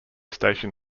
station